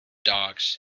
dogs